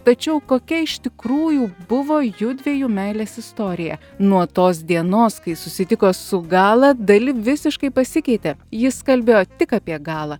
tačiau kokia iš tikrųjų buvo jųdviejų meilės istorija nuo tos dienos kai susitiko su gala dali visiškai pasikeitė jis kalbėjo tik apie galą